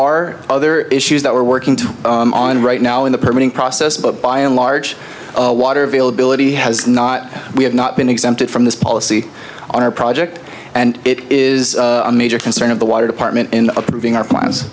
are other issues that we're working to on right now in the permitting process but by and large water availability has not we have not been exempted from this policy on our project and it is a major concern of the water department in approving our plans